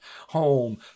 home